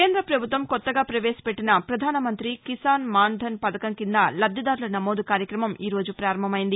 కేంద పభుత్వం కొత్తగా పవేశపెట్టిన పధాన మంతి కిసాన్ మాన్ ధన్ పథకం కింద లబ్దిదారుల నమోదు కార్యక్రమం ఈరోజు ప్రారంభమయ్యింది